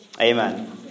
Amen